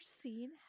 seen